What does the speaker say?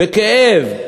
בכאב,